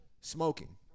Smoking